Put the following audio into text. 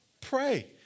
pray